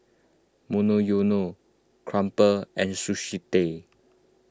Monoyono Crumpler and Sushi Tei